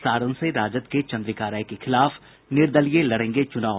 सारण से राजद के चंद्रिका राय के खिलाफ निर्दलीय लड़ेंगे चुनाव